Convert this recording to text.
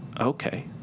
Okay